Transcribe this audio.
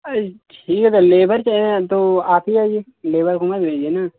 अरे ठीक है लेबर चाहिए न तो आप ही आइए लेबर बना दीजिए ना